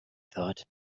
thought